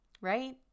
right